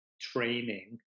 training